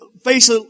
face